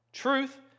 truth